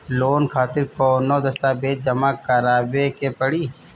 Loan खातिर कौनो दस्तावेज जमा करावे के पड़ी?